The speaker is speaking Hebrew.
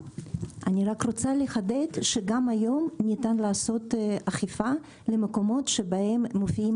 אני רק רוצה לחדד שגם היום ניתן לעשות אכיפה במקומות שמופיעים